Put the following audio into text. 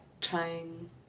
Trying